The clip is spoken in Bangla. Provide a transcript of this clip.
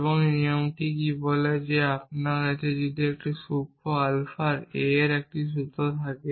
এই নিয়মটি কী বলে যে যদি আপনার কাছে এই সূক্ষ্ম আলফা a এর একটি সূত্র থাকে